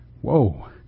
Whoa